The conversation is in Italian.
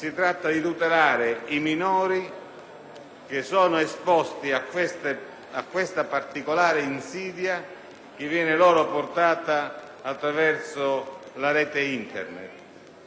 i minori esposti a questa particolare insidia che viene loro portata attraverso la rete Internet.